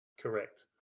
Correct